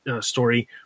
story